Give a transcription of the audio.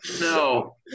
No